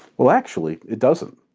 well, actually, it doesn't.